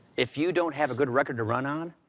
if you don't have a good record to run on,